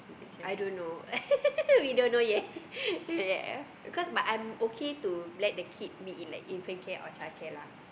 I don't know we don't know yet cause I'm okay to let the kid meet in like infant care or childcare lah